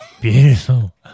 Beautiful